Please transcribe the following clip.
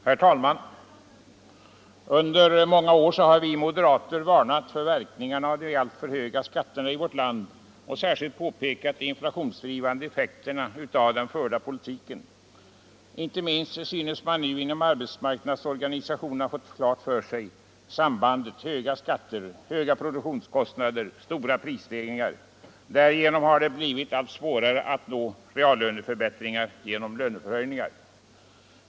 Herr talman! Under många år har vi moderater varnat för verkningarna av de alltför höga skatterna i vårt land, och vi har särskilt pekat på de inflationsdrivande effekterna av den förda politiken. Inte minst synes man nu inom arbetsmarknadsorganisationerna ha fått klart för sig sambandet mellan höga skatter, höga produktionskostnader och stora prisstegringar. Därigenom har det blivit allt svårare att nå reallöneförbätt ringar genom lönehöjningar.